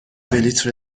بلیط